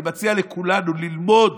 אני מציע לכולנו ללמוד